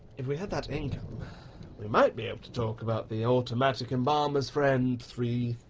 if we had that income we might be able to talk about the automatic embalmer's friend three